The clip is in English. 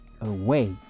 Away